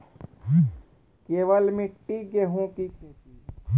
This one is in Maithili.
केवल मिट्टी गेहूँ की खेती?